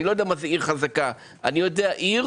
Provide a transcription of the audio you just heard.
אני לא יודע מה זה עיר חזקה; אני יודע מה זה עיר